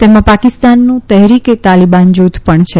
તેમાં પાકિસ્તાનનું તહેરીકે તાલીબાન જુથ પણ છે